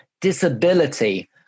disability